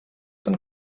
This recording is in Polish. ten